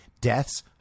deaths